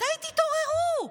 מתי תתעוררו?